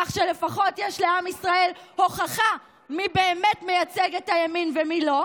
כך שלפחות יש לעם ישראל הוכחה מי באמת מייצג את הימין ומי לא,